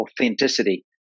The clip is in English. authenticity